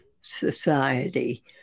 society